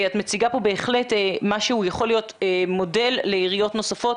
את מציגה פה בהחלט משהו שיכול להיות מודל לעיריות נוספות